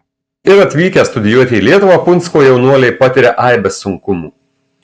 ir atvykę studijuoti į lietuvą punsko jaunuoliai patiria aibes sunkumų